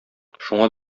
шуңа